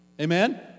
Amen